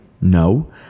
No